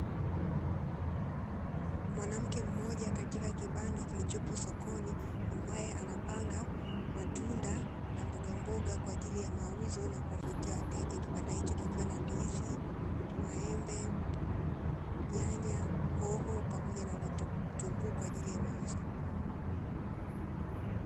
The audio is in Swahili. Mwanamke mmoja katika kibanda kilichopo sokoni, ambaye anapanga matunda na mbogamboga kwa ajili ya mauzo na kuvutia wateja, kibanda hicho kikiwa na ndizi maembe, nyanya, hoho pamoja na vitunguu kwa ajili ya mauzo.